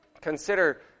consider